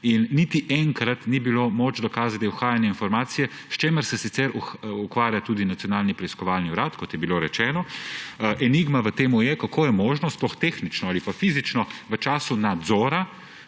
in niti enkrat ni bilo moč dokazati uhajanja informacij, s čimer se sicer ukvarja tudi Nacionalni preiskovalni urad, kot je bilo rečeno. Enigma v tem je, kako je v času nadzora možno, sploh tehnično ali pa fizično, da